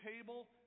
table